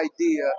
idea